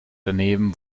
daneben